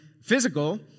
physical